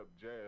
jazz